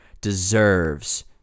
deserves